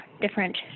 different